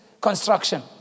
construction